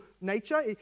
nature